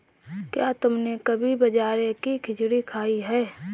क्या तुमने कभी बाजरे की खिचड़ी खाई है?